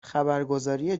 خبرگزاری